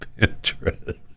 Pinterest